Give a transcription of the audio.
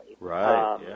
right